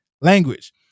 language